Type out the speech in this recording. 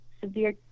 severe